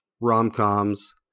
rom-coms